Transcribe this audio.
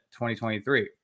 2023